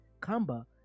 Kamba